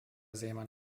seemann